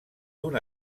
d’un